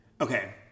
okay